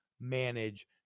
manage